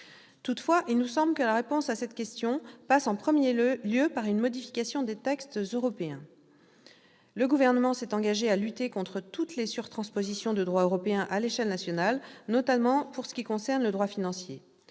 Toutefois, il nous semble que la réponse à cette question passe en premier lieu par une modification des textes européens. Le Gouvernement s'est engagé à lutter contre toutes les surtranspositions du droit européen à l'échelle nationale, notamment pour ce qui concerne le droit financier.